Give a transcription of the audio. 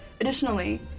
Additionally